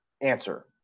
answer